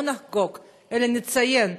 לא נחגוג אלא נציין,